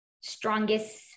strongest